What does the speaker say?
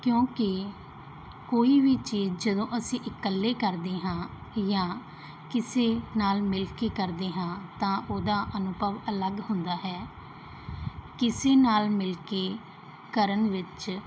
ਕਿਉਂਕਿ ਕੋਈ ਵੀ ਚੀਜ਼ ਜਦੋਂ ਅਸੀਂ ਇਕੱਲੇ ਕਰਦੇ ਹਾਂ ਜਾਂ ਕਿਸੇ ਨਾਲ ਮਿਲ ਕੇ ਕਰਦੇ ਹਾਂ ਤਾਂ ਉਹਦਾ ਅਨੁਭਵ ਅਲੱਗ ਹੁੰਦਾ ਹੈ ਕਿਸੇ ਨਾਲ ਮਿਲ ਕੇ ਕਰਨ ਵਿੱਚ